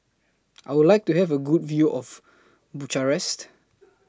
I Would like to Have A Good View of Bucharest